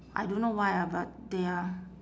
I don't know why ah but they are